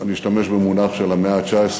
אני אשתמש במונח של המאה ה-19,